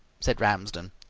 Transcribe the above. said ramsden.